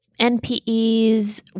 NPEs